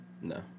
No